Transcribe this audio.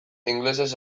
ingelesez